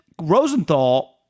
Rosenthal